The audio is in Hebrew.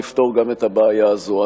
לפתור גם את הבעיה הזו.